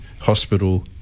hospital